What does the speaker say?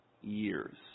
years